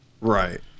Right